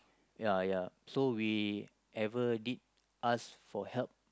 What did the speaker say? ya ya so we ever did ask for help